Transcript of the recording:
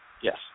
Yes